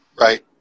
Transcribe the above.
Right